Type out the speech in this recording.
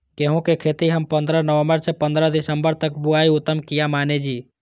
गेहूं के खेती हम पंद्रह नवम्बर से पंद्रह दिसम्बर तक बुआई उत्तम किया माने जी?